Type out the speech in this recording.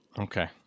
Okay